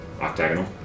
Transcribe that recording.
Octagonal